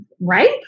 Right